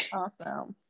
awesome